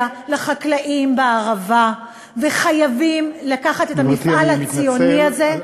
לחקלאים בערבה וחייבים לקחת את המפעל הציוני הזה,